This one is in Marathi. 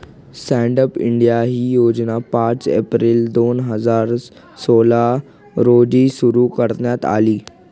स्टँडअप इंडिया ही योजना पाच एप्रिल दोन हजार सोळा रोजी सुरु करण्यात आली